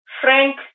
frank